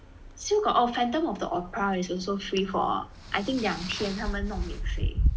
still got oh phantom of the opera is also free for I think 两天他们弄免费